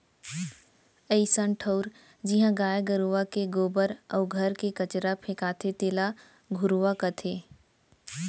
अइसन ठउर जिहॉं गाय गरूवा के गोबर अउ घर के कचरा फेंकाथे तेला घुरूवा कथें